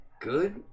good